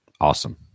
awesome